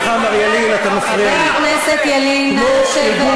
לא "בצלם" חבר הכנסת ילין, אתה מפריע לי.